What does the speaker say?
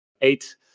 Eight